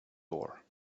door